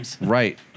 Right